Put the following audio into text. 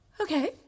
okay